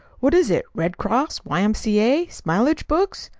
what is it red cross, y m c a, smileage books?